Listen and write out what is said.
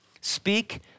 Speak